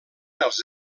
els